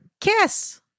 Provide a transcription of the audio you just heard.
Kiss